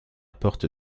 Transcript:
porte